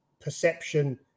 perception